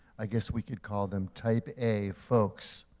i guess we could call them type a folks,